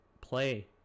play